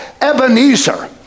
Ebenezer